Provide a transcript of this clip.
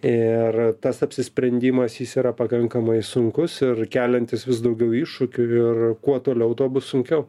ir tas apsisprendimas jis yra pakankamai sunkus ir keliantis vis daugiau iššūkių ir kuo toliau tuo bus sunkiau